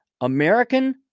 American